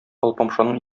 алпамшаның